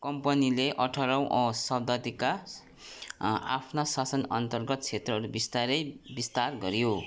कम्पनीले अठारौँ औ शताब्दीका आफ्ना शासनअन्तर्गत क्षेत्रहरू बिस्तारै विस्तार गरियो